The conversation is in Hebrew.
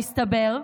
מסתבר,